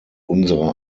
unsere